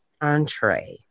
entree